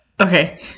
Okay